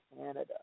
Canada